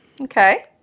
okay